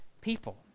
people